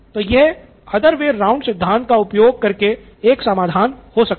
तो यह other way round सिद्धांत का उपयोग करके एक समाधान हो सकता है